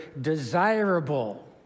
desirable